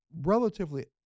relatively